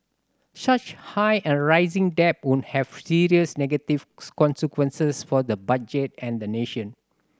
such high and rising debt would have serious negative consequences for the budget and the nation